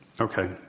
okay